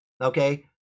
Okay